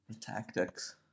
tactics